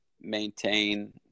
maintain